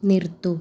നിർത്തൂ